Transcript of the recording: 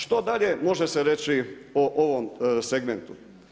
Što dalje može se reći o ovom segmentu?